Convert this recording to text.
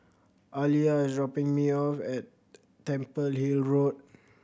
Aliyah is dropping me off at Temple Hill Road